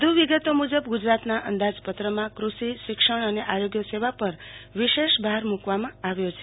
વધુ વિગતો મુજબ ગુજરાતના અંાજપત્રમાં કૃષિશિક્ષણ અને આરોગ્ય સંવા પર વિશેષ ભાર મુકવામાં આવ્યો છે